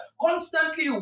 constantly